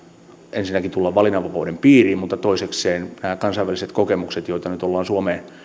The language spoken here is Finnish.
ensinnäkin tulla valinnanvapauden piiriin mutta toisekseen nämä kansainväliset kokemukset joita nyt ollaan suomeen